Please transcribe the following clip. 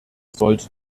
sollte